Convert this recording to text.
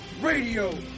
radio